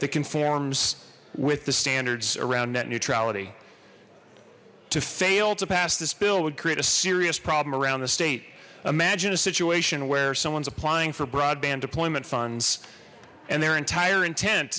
that conforms with the standards around net neutrality to fail to pass this bill would create a serious problem around the state imagine a situation where someone's applying for broadband to and their entire intent